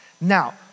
Now